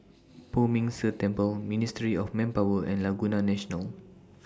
Poh Ming Tse Temple Ministry of Manpower and Laguna National